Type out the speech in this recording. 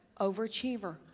overachiever